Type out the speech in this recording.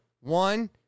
one